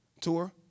tour